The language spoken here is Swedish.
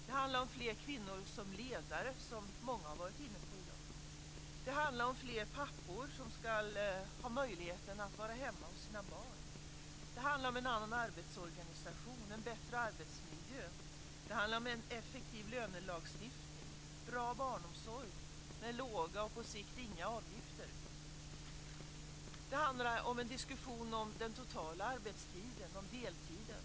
Det handlar om fler kvinnor som ledare, som många har varit inne på i dag. Det handlar om fler pappor som skulle ha möjligheten att vara hemma hos sina barn. Det handlar om en annan arbetsorganisation och om en bättre arbetsmiljö. Det handlar om en effektiv lönelagstiftning och om bra barnomsorg med låga, och på sikt inga, avgifter. Det handlar om en diskussion om den totala arbetstiden och om deltiden.